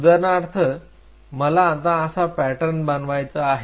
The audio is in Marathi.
उदाहरणार्थ मला आता असा पॅटर्न बनवायचा आहे